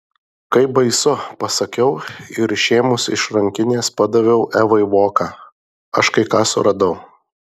kaip baisu pasakiau ir išėmusi iš rankinės padaviau evai voką aš kai ką suradau